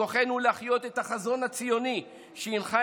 בכוחנו להחיות את החזון הציוני שהנחה